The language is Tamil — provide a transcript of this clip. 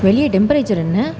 வெளியே டெம்பரேச்சர் என்ன